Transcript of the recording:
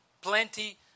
plenty